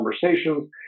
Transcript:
conversations